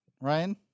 Ryan